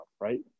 right